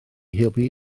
helpu